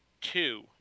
two